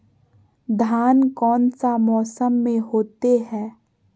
धान कौन सा मौसम में होते है?